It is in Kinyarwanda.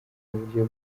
buryo